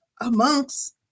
amongst